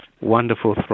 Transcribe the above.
wonderful